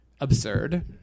absurd